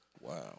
Wow